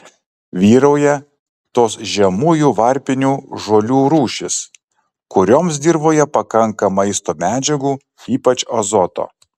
vyrauja tos žemųjų varpinių žolių rūšys kurioms dirvoje pakanka maisto medžiagų ypač azoto